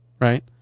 right